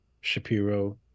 Shapiro